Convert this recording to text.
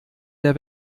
der